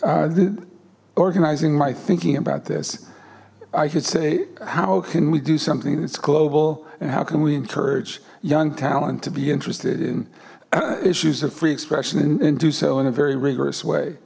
the organizing my thinking about this i could say how can we do something that's global and how can we encourage young talent be interested in issues of free expression and do so in a very rigorous way